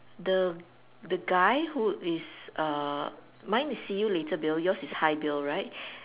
the the guy who is uh mine is see you later Bill yours is hi Bill right